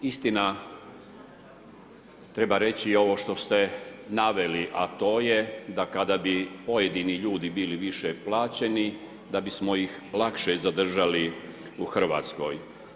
Istina, treba reći ovo što ste naveli, a to je da kada bi pojedini ljudi bili više plaćeni da bismo ih lakše zadržali u RH.